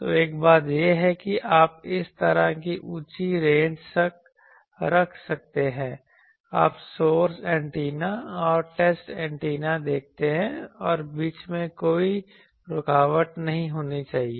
तो एक बात यह है कि आप इस तरह की उंची रेंज रख सकते हैं आप सोर्स एंटीना और टेस्ट एंटीना देखते हैं और बीच में कोई रुकावट नहीं होनी चाहिए